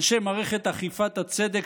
אנשי מערכת אכיפת הצדק,